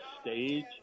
stage